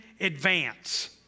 advance